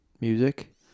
music